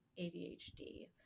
ADHD